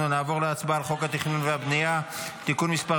אנחנו נעבור להצבעה על חוק התכנון והבנייה (תיקון מס'